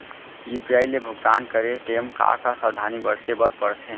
UPI ले भुगतान करे टेम का का सावधानी बरते बर परथे